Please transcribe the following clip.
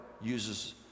uses